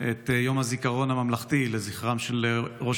את יום הזיכרון הממלכתי לזכרו של ראש